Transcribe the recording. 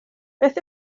beth